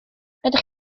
rydych